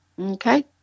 Okay